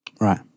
Right